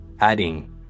Adding